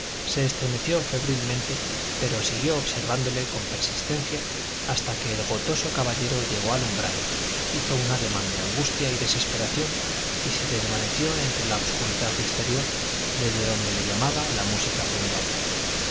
se estremeció febrilmente pero siguió observándole con persistencia hasta que el gotoso caballero llegó al umbral hizo un ademán de angustia y desesperación y se desvaneció entre la obscuridad exterior desde donde le llamaba la música funeraria